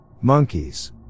Monkeys